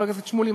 חבר הכנסת שמולי,